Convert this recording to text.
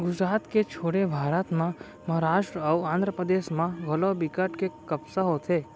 गुजरात के छोड़े भारत म महारास्ट अउ आंध्रपरदेस म घलौ बिकट के कपसा होथे